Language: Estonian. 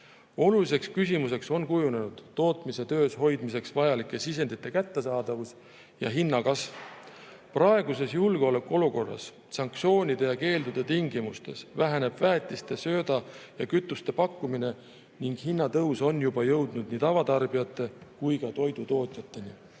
küsimuseks on tootmise töös hoidmiseks kujunenud vajalike sisendite kättesaadavus ja hinnakasv. Praeguses julgeolekuolukorras, sanktsioonide ja keeldude tingimustes väheneb väetise, sööda ja kütuse pakkumine ning hinnatõus on juba jõudnud nii tavatarbijate kui ka toidutootjateni.